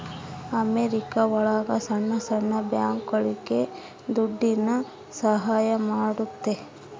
America ಒಳಗ ಸಣ್ಣ ಸಣ್ಣ ಬ್ಯಾಂಕ್ಗಳುಗೆ ದುಡ್ಡಿನ ಸಹಾಯ ಮಾಡುತ್ತೆ